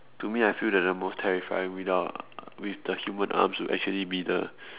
to me I feel that the most terrifying without with the humans arms would actually be the